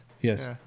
yes